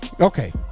Okay